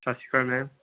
ਸਤਿ ਸ਼੍ਰੀ ਅਕਾਲ ਮੈਮ